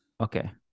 Okay